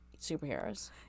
superheroes